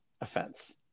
offense